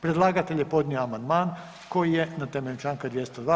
Predlagatelj je podnio amandman koji je na temelju čl. 202.